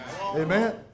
Amen